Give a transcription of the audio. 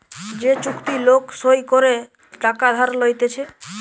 যে চুক্তি লোক সই করে টাকা ধার লইতেছে